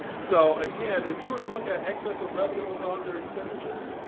so again, if you were to look at excess of revenue over under expenditures,